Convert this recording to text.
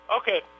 Okay